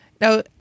now